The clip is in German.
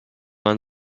man